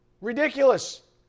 Ridiculous